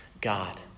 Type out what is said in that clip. God